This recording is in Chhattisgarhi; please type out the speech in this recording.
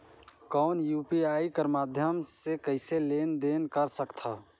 कौन यू.पी.आई कर माध्यम से कइसे लेन देन कर सकथव?